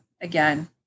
again